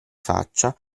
faccia